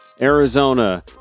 Arizona